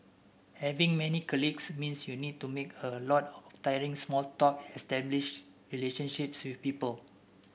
having many colleagues means you need to make a lot tiring small talk establish relationships with people